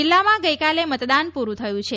જિલ્લામાં ગઈકાલે મતદાન પૂરું થયું છે